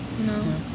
no